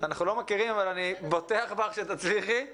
מה שאני לא מוצא בו זה את ציוות אנשי הצוות